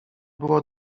było